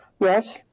Yes